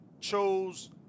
chose